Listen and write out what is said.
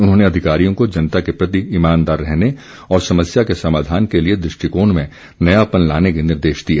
उन्होंने अधिकारियों को जनता के प्रति ईमानदार रहने और समस्या के समाधान के लिए दृष्टिकोण में नयापन लाने के निर्देश दिए